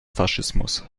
faschismus